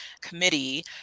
committee